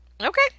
Okay